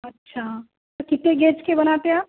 اچھا کتنے گیج کے بناتے ہیں آپ